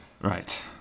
Right